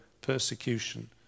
persecution